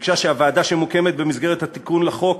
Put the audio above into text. שביקשה שהוועדה שמוקמת במסגרת התיקון לחוק